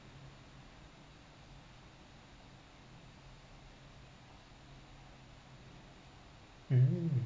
um